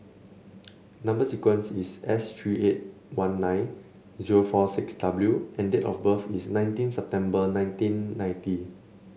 number sequence is S three eight one nine zero four six W and date of birth is nineteen September nineteen ninety